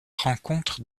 rencontre